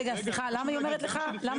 למה היא אומרת לך?